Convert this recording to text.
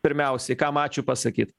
pirmiausiai kam ačiū pasakyt